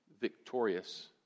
victorious